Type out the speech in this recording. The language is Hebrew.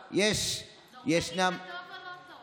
יש, נורבגי זה טוב או לא טוב?